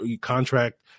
contract